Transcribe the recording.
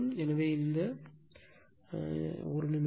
எனவே இந்த ஒரு எனவே 1 நிமிடம்